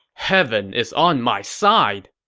heaven is on my side!